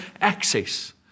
access